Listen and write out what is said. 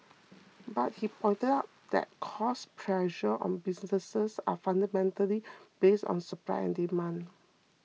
but he pointed out that cost pressures on businesses are fundamentally based on supply and demand